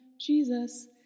Jesus